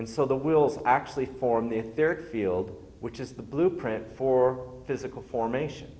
and so the wills actually form the third field which is the blueprint for physical formation